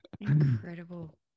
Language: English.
incredible